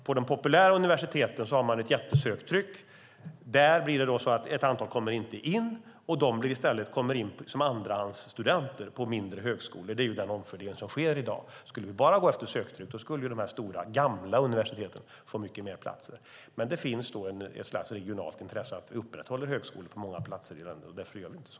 På de populära universiteten har man ett jättesöktryck. Där blir det ett antal som inte kommer in. De kommer då i stället in på sina andrahandsval, på mindre högskolor. Det är den omfördelning som sker i dag. Skulle vi bara gå efter söktryck skulle de stora, gamla universiteten få mycket fler platser. Det finns dock ett regionalt intresse av att vi upprätthåller högskolor på många platser i landet, och därför gör vi så.